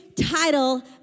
title